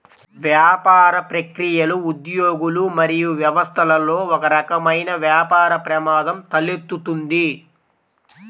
వ్యాపార ప్రక్రియలు, ఉద్యోగులు మరియు వ్యవస్థలలో ఒకరకమైన వ్యాపార ప్రమాదం తలెత్తుతుంది